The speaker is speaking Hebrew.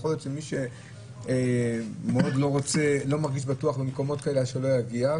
יכול להיות שמי שמאוד לא מרגיש בטוח במקומות כאלה אז שלא יגיע,